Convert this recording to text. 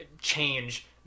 change